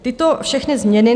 Tyto všechny změny...